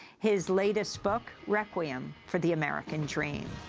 his latest book, requiem for the american dream.